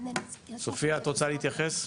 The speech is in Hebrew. סופיה את רוצה להתייחס?